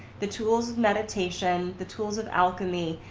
the tools of meditation, the tools of alchemy,